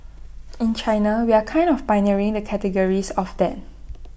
in China we are kind of pioneering the categories of that